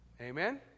amen